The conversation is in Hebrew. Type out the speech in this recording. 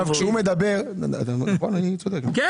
אני צודק, נכון?